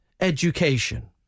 education